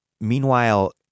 Meanwhile